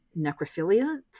necrophilia